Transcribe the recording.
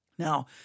Now